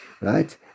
right